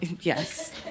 Yes